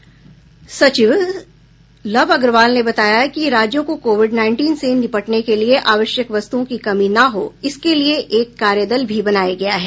संयुक्त सचिव लव अग्रवाल ने बताया कि राज्यों को कोविड नाईनटीन से निपटने के लिए आवश्यक वस्तुओं की कमी न हो इसके लिए एक कार्यदल भी बनाया गया है